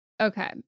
Okay